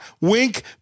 Wink